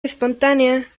espontánea